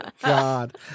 God